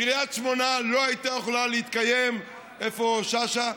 קריית שמונה לא הייתה יכולה להתקיים, איפה שאשא?